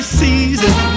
season